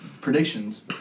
predictions